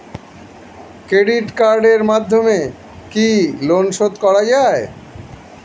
Credit কার্ডের মাধ্যমে কি লোন শোধ করা যায়?